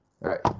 right